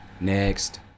Next